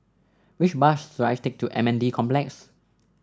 which bus should I take to M N D Complex